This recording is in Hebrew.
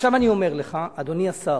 עכשיו אני אומר לך, אדוני השר.